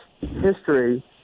history